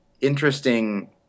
interesting